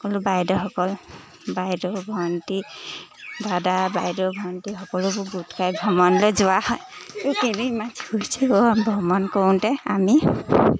সকলো বাইদেউসকল বাইদেউ ভণ্টী দাদা বাইদেউ ভণ্টী সকলোবোৰ গোট খাই ভ্ৰমণলৈ যোৱা হয় এই কেলৈ ইমান চিঞৰিছ অ' ভ্ৰমণ কৰোঁতে আমি